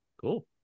cool